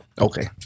Okay